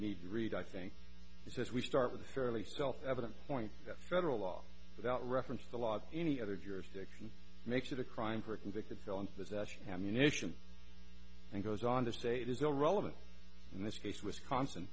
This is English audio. need to read i think it says we start with a fairly self evident point that federal law without reference the law any other jurisdiction makes it a crime for a convicted felon possession ammunition and goes on to say it is irrelevant in this case wisconsin